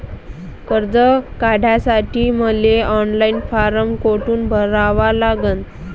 कर्ज काढासाठी मले ऑनलाईन फारम कोठून भरावा लागन?